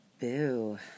Boo